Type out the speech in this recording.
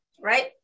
right